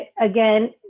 again